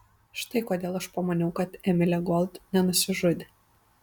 štai kodėl aš pamaniau kad emilė gold nenusižudė